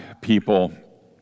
people